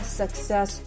success